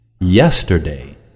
Yesterday